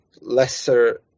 lesser